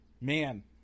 man